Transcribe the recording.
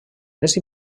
les